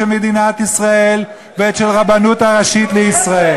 מדינת ישראל ושל הרבנות הראשית לישראל.